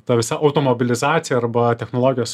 ta visa automobilizacija arba technologijos